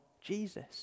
Jesus